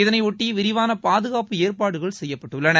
இதனையொட்டி விரிவான பாதுகாப்பு ஏற்பாடுகள் செய்யப்பட்டுள்ளன